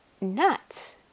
nuts